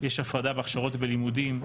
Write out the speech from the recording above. יש הפרדה בהכשרות בלימודים,